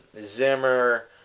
Zimmer